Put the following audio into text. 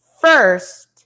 first